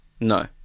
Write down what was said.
No